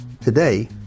Today